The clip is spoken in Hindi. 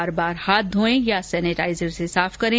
बार बार हाथ धोयें या सेनेटाइजर से साफ करें